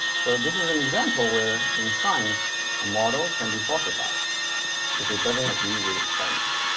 so this is an example where in science a model can be falsified if it doesn't agree with experiments.